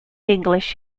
english